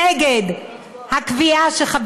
הוא מצביע נגד העובדה ונגד הרצון שחבר